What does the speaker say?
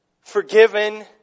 forgiven